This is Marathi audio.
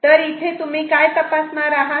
तर इथे तुम्ही काय तपासणार आहात